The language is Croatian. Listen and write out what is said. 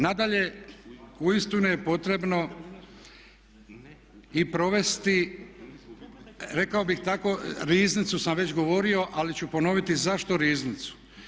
Nadalje, uistinu je potrebno i provesti rekao bih tako, riznicu sam već govorio, ali ću ponoviti zašto riznicu.